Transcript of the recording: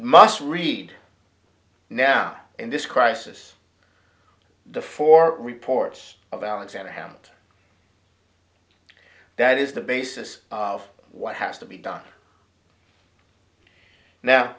must read now in this crisis the four reports of alexander hamilton that is the basis of what has to be done now